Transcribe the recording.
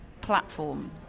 platform